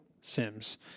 Sims